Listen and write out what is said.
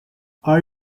are